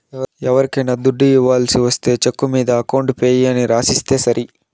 ఎవరికైనా దుడ్డు ఇవ్వాల్సి ఒస్తే చెక్కు మీద అకౌంట్ పేయీ అని రాసిస్తే సరి